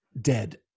dead